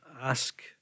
ask